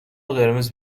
قرمز